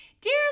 Dear